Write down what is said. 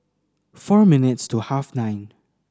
four minutes to half nine